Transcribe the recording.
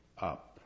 up